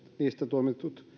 tuomitut